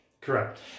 Correct